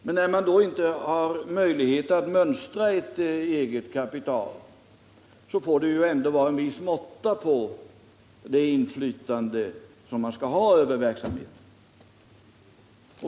Men när man inte har möjlighet att mönstra ett eget kapital, får det ändå vara en viss måtta på det inflytande som man skall ha över verksamheten.